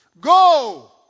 go